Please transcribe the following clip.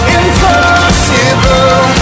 impossible